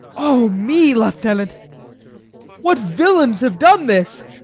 o me, lieutenant! what villains have done this?